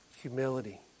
humility